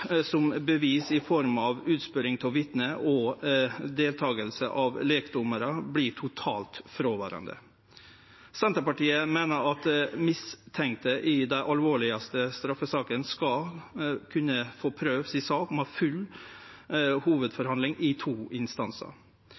som bevis i form av utspørjing av vitne og deltaking av lekdommarar verte totalt fråverande. Senterpartiet meiner at mistenkte i dei mest alvorlege straffesakene skal kunne få prøvd si sak med full hovudforhandling i to instansar.